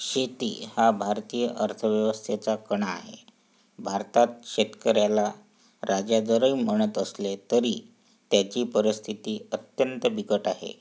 शेती हा भारतीय अर्थव्यवस्थेचा कणा आहे भारतात शेतकऱ्याला राजा जरी म्हणत असले तरी त्याची परिस्थिती अत्यंत बिकट आहे